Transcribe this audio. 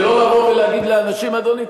ולא לבוא ולהגיד לאנשים: אדוני,